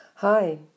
Hi